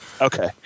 Okay